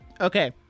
Okay